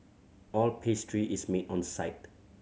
all pastry is made on site